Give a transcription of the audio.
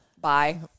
bye